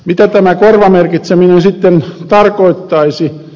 mitä tämä korvamerkitseminen sitten tarkoittaisi